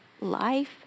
life